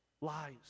Lies